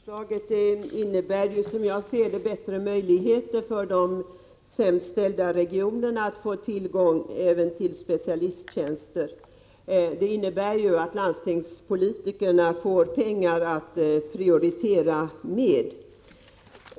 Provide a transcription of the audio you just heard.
Herr talman! Dagmarförslaget innebär, som jag ser det, bättre möjligheter för de sämst ställda regionerna att få tillgång även till specialisttjänster. Det innebär att landstingspolitikerna får pengar att prioritera med.